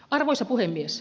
arvoisa puhemies